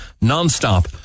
non-stop